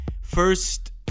first